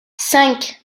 cinq